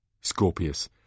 Scorpius